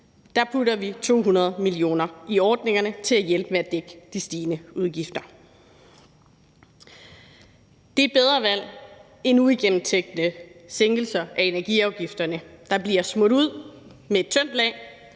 Der putter vi 200 mio. kr. i ordningerne til at hjælpe med at dække de stigende udgifter. Det er et bedre valg end uigennemtænkte sænkelser af energiafgifterne, der bliver smurt ud i et tyndt lag,